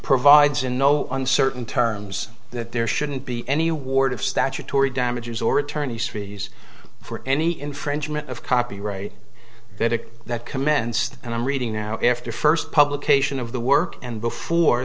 provides in no uncertain terms that there shouldn't be any award of statutory damages or attorney's fees for any infringement of copyright that is that commenced and i'm reading now after first publication of the work and before